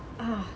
ah